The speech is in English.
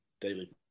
daily